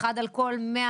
1 על כל 130,000-140,000,